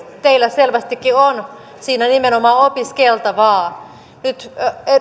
teillä selvästikin on siinä nimenomaan opiskeltavaa nyt